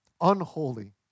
unholy